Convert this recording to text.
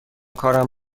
کارم